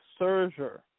Serger